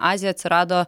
azija atsirado